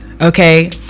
okay